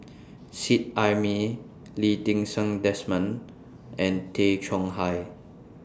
Seet Ai Mee Lee Ti Seng Desmond and Tay Chong Hai